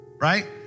right